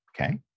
okay